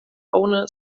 owner